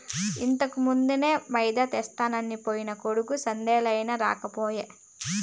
ఇంతకుమున్నే మైదా తెచ్చెదనికి పోయిన కొడుకు సందేలయినా రాకపోయే